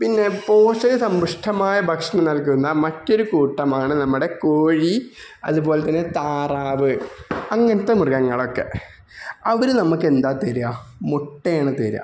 പിന്നെ പോഷക സമ്പുഷ്ടമായ ഭക്ഷണം നൽകുന്ന മറ്റൊര് കൂട്ടമാണ് നമ്മുടെ കോഴി അതുപോലെ തന്നെ താറാവ് അങ്ങനത്ത മൃഗങ്ങളൊക്കെ അവര് നമുക്കെന്താണ് തരിക മുട്ടയാണ് തരിക